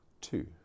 two